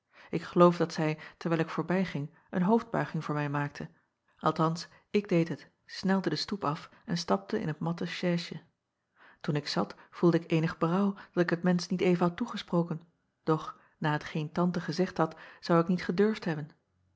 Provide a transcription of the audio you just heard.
k geloof dat zij terwijl ik voorbijging een hoofdbuiging voor mij maakte althans ik deed het snelde den stoep af en stapte in t matten chaisje oen ik zat voelde ik eenig berouw dat ik het mensch niet even had toegesproken doch na hetgeen ante gezegd had zou ik niet gedurfd hebben